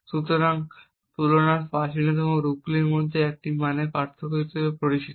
পরিসংখ্যানগত তুলনার প্রাচীনতম রূপগুলির মধ্যে একটি মানে পার্থক্য হিসাবে পরিচিত